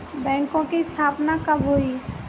बैंकों की स्थापना कब हुई?